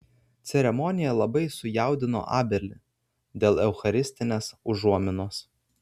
ceremonija labai sujaudino abelį dėl eucharistinės užuominos